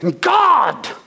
God